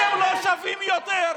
אתם לא שווים יותר.